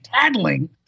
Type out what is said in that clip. tattling